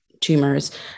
tumors